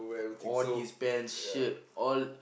on his pants shirt all